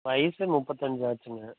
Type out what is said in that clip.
வயது முப்பத்தஞ்சு ஆச்சுங்க